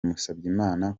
musabyimana